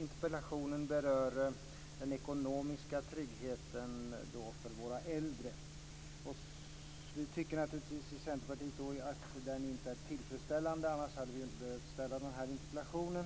Interpellationen berör den ekonomiska tryggheten för våra äldre. Vi i Centerpartiet tycker naturligtvis inte att den är tillfredsställande - hade vi tyckt det skulle vi ju inte ha behövt framställa interpellationen.